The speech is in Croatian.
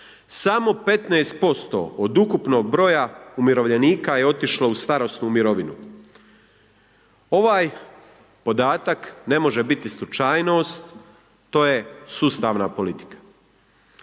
samo 15% od ukupnog broja umirovljenika je otišlo u starosnu mirovinu. Ovaj podatak ne može biti slučajnost to je sustavna politika,